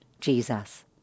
jesus